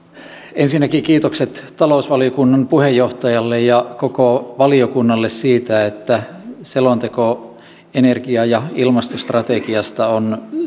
ensinnäkin kiitokset talousvaliokunnan puheenjohtajalle ja koko valiokunnalle siitä että selonteko energia ja ilmastostrategiasta on